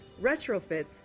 retrofits